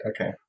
Okay